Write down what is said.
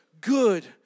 good